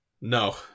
No